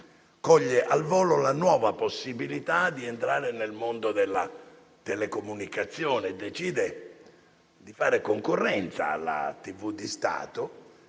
coglie al volo la nuova possibilità di entrare nel mondo della telecomunicazione e decide di fare concorrenza alla TV di Stato.